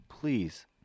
please